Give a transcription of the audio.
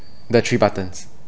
the three buttons